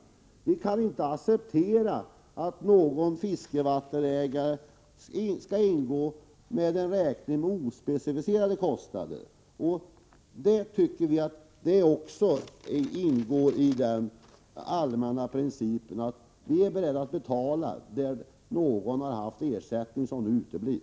Vi kan inte acceptera att någon fiskevattensägare skickar in en räkning med ospecificerade kostnader. Också här är vi beredda att följa den allmänna principen att ersätta inkomster som någon tidigare haft men som nu uteblir.